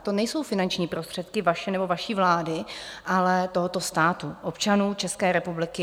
To nejsou finanční prostředky vaše nebo vaší vlády, ale tohoto státu, občanů České republiky.